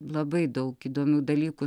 labai daug įdomių dalykų